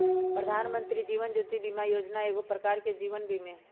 प्रधानमंत्री जीवन ज्योति बीमा जोजना एगो प्रकार के जीवन बीमें हइ